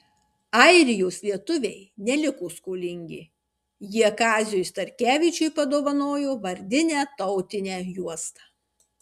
airijos lietuviai neliko skolingi jie kaziui starkevičiui padovanojo vardinę tautinę juostą